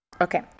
Okay